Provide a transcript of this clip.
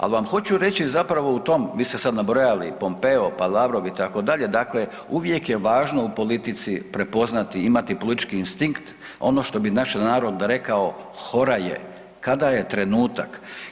Al vam hoću reći zapravo u tom, vi ste sad nabrojali Pompeo, pa Lavrov itd., dakle uvijek je važno u politici prepoznati, imati politički instinkt, ono što bi naš narod rekao „hora je“ kada je trenutak.